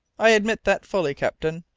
i admit that, fully, captain.